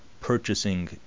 purchasing